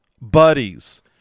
buddies